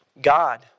God